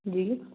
जी